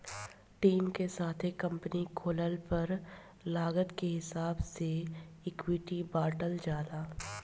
team के साथे company खोलला पर लागत के हिसाब से इक्विटी बॉटल जाला